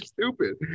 stupid